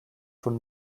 von